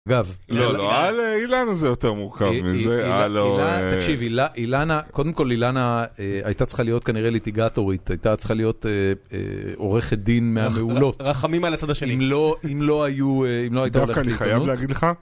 אגב... לא, לא. על אילנה זה יותר מורכב מזה. אילנה... תקשיב, אילנה... קודם כל אילנה הייתה צריכה להיות כנראה ליטיגטורית. הייתה צריכה להיות עורכת דין מהמעולות. רחמים על הצד השני. אם לא היו... אם לא הייתה... דווקא אני חייב להגיד לך...